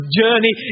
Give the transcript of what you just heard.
journey